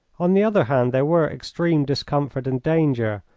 on the other hand there were extreme discomfort and danger,